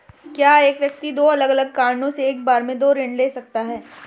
क्या एक व्यक्ति दो अलग अलग कारणों से एक बार में दो ऋण ले सकता है?